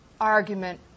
argument